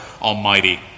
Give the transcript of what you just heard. almighty